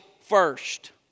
first